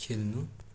खेल्नु